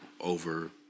Over